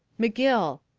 mcgill,